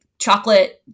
chocolate